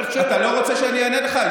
אתה לא רוצה שאני אענה לך?